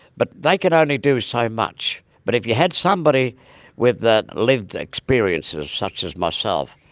but they can only do so much. but if you had somebody with the lived experiences such as myself,